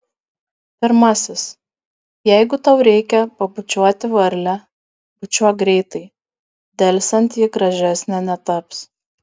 pirmasis jeigu tau reikia pabučiuoti varlę bučiuok greitai delsiant ji gražesnė netaps